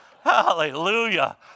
Hallelujah